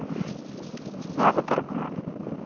ᱱᱚᱣᱟ ᱠᱚ ᱛᱚᱨᱚᱯ ᱠᱷᱚᱱᱟᱜ